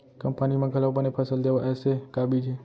कम पानी मा घलव बने फसल देवय ऐसे का बीज हे?